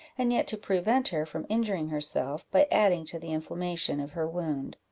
and yet to prevent her from injuring herself, by adding to the inflammation of her wound.